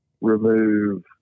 remove